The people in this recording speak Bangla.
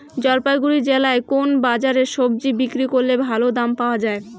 জলপাইগুড়ি জেলায় কোন বাজারে সবজি বিক্রি করলে ভালো দাম পাওয়া যায়?